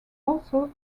also